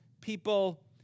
people